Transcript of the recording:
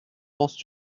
penses